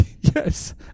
yes